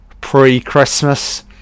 pre-Christmas